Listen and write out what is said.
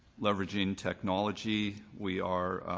leveraging technology. we are